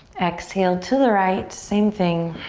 exhale to the right, same thing.